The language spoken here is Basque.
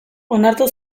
onartu